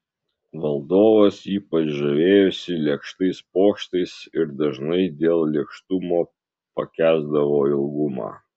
valdovas ypač žavėjosi lėkštais pokštais ir dažnai dėl lėkštumo pakęsdavo ilgumą